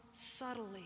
subtly